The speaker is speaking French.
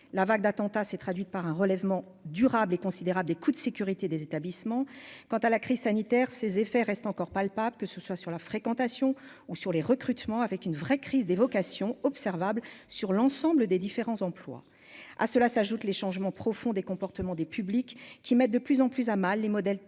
la vague d'attentats s'est traduite par un relèvement durable est considérable des coûts de sécurité des établissements quant à la crise sanitaire, ses effets reste encore palpable, que ce soit sur la fréquentation ou sur les recrutements avec une vraie crise des vocations observables sur l'ensemble des différents emplois à cela s'ajoutent les changements profonds des comportements des publics qui mettent de plus en plus à mal les modèles traditionnels